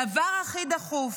הדבר הכי דחוף